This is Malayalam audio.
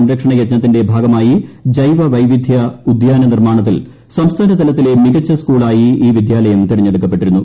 സംരക്ഷണയജ്ഞത്തിന്റെ ഭാഗമായി ജൈവ വൈവിധൃ ഉദ്യാന നിർമാണത്തിൽ സംസ്ഥാനതലത്തിലെ മികച്ച സ്കൂളായി ഈ വിദ്യാലയം തെരഞ്ഞെടുക്ക പ്പെട്ടിരുന്നു